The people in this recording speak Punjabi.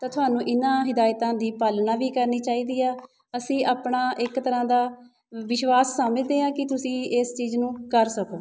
ਤਾਂ ਤੁਹਾਨੂੰ ਇਹਨਾਂ ਹਿਦਾਇਤਾਂ ਦੀ ਪਾਲਣਾ ਵੀ ਕਰਨੀ ਚਾਹੀਦੀ ਆ ਅਸੀਂ ਆਪਣਾ ਇੱਕ ਤਰ੍ਹਾਂ ਦਾ ਵਿਸ਼ਵਾਸ ਸਮਝਦੇ ਹਾਂ ਕਿ ਤੁਸੀਂ ਇਸ ਚੀਜ਼ ਨੂੰ ਕਰ ਸਕੋ